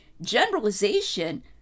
generalization